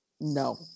No